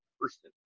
person